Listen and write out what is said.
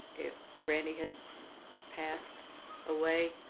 if randy had passed away,